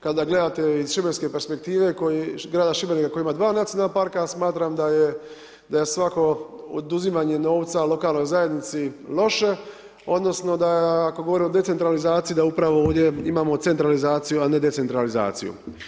Kada gledate iz šibenske perspektive, koji i grada Šibenika koji, koji ima 2 nacionalna parka, smatram da je svako oduzimanje novca u lokalnoj zajednici loše, odnosno, da ako govorimo o decentralizaciji, da upravo ovdje imamo centralizaciju, a ne decentralizaciju.